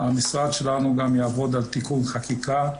המשרד שלנו גם יעבוד על תיקון חקיקה,